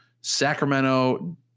sacramento